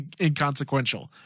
inconsequential